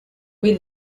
where